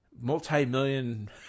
multi-million